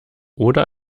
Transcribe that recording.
oder